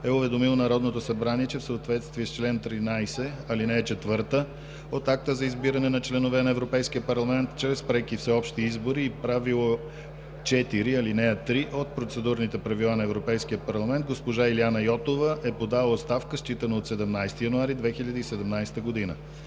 е уведомил Народното събрание, че в съответствие с чл. 13, ал. 4 от Акта за избиране на членове на Европейския парламент чрез преки всеобщи избори и Правило 4, ал. 3 от Процедурните правила на Европейския парламент госпожа Илияна Йотова е подала оставка, считано от 17 януари 2017 г.